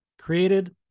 created